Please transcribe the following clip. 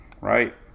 right